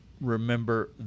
remember